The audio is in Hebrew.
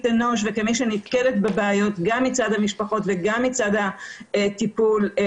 ממש במשפט או שניים כי דיברנו על הוועדה אבל לא על טיפול בתחלואה כפולה.